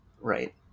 Right